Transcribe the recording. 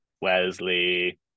Wesley